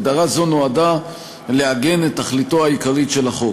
הגדרה זו נועדה לעגן את תכליתו העיקרית של החוק.